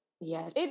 Yes